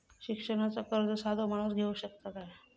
शिक्षणाचा कर्ज साधो माणूस घेऊ शकता काय?